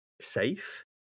safe